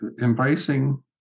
embracing